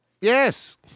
Yes